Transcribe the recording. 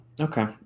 Okay